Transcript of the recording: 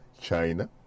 China